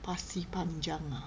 pasir panjang ah